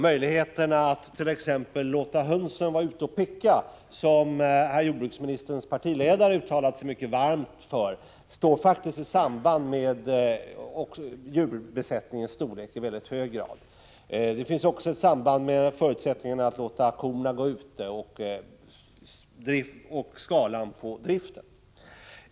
Möjligheten att t.ex. låta hönsen vara ute och picka, något som herr jordbruksministerns partiledare uttalat sig mycket varmt för, står faktiskt i mycket hög grad i samband med djurbesättningens storlek. Det finns också ett samband mellan förutsättningarna att låta korna gå ute och skalan på driften.